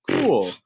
Cool